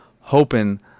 hoping